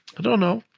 i don't know.